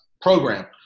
program